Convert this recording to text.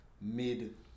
mid